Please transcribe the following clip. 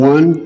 One